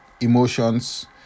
emotions